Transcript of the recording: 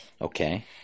Okay